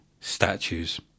statues